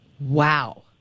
Wow